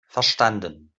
verstanden